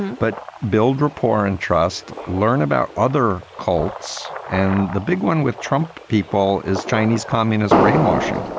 but build rapport and trust. learn about other cults. and the big one with trump people is chinese communist brainwashing.